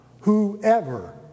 Whoever